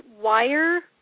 wire